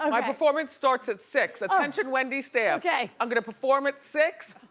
um my performance starts at six. attention wendy staff. okay. i'm gonna perform at six,